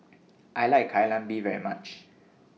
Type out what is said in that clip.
I like Kai Lan Beef very much